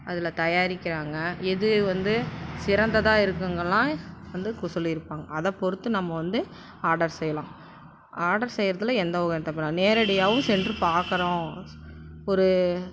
அதில் தயாரிக்கிறாங்க எது வந்து சிறந்ததாக இருக்குங்களாம் வந்து சொல்லியிருப்பாங்க அதை பொறுத்து நம்ம வந்து ஆர்டர் செய்யலாம் ஆர்டர் செய்கிறதுல எந்த வருத்தப்பட நேரடியாகவும் சென்று பார்க்குறோம் ஒரு